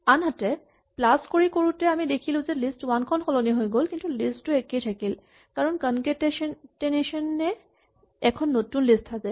আনহাতে প্লাচ ব্যৱহাৰ কৰি কৰোতে আমি দেখিলো যে লিষ্ট ৱান খন সলনি হৈ গ'ল কিন্তু লিষ্ট টু একেই থাকিল কাৰণ কনকেটেনেচন এ এখন নতুন লিষ্ট সাজে